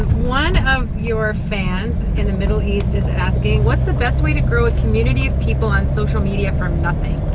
one of your fans in the middle east is asking, what's the best way to grow a community of people on social media from nothing?